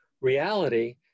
reality